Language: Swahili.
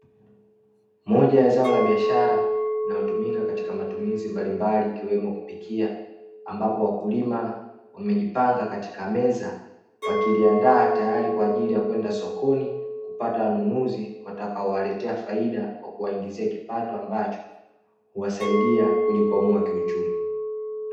Moja ya zao la biashara, linalotumika katika matumizi mbalimbali ikiwemo kupikia, ambapo wakulima wamejipanga katika meza wakiliandaa tayari kwaajili ya kwenda sokoni, kupata wanunuzi watakao waletea faidia kwa kuwaingizia kipato, ambacho huwasaidia kujikwamua kiuchumi.